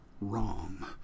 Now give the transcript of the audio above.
wrong